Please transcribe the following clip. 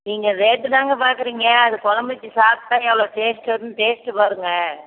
நீங்கள் ரேட்டு தாங்க பார்க்கறிங்க அது கொழம்பு வெச்சு சாப்பிட்டா எவ்வளோ டேஸ்ட் வருன்னு டேஸ்ட்டு பாருங்க